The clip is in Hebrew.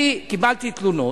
אני קיבלתי תלונות.